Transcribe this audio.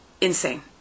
insane